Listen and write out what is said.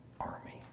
army